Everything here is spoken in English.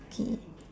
okay